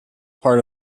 part